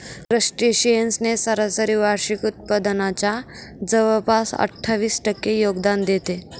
crustaceans ने सरासरी वार्षिक उत्पादनाच्या जवळपास अठ्ठावीस टक्के योगदान देते